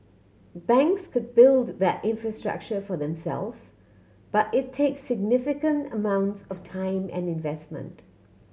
banks could build that infrastructure for themselves but it takes significant amounts of time and investment